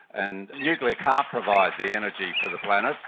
and nuclear can't provide the energy for the planet,